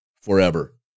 forever